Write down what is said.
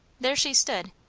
there she stood,